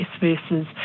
versus